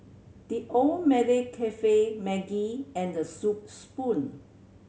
The Old Malaya Cafe Maggi and The Soup Spoon